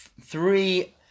three